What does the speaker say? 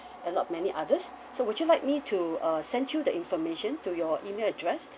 a lot many others so would you like me to uh send you the information to your email address